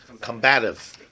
combative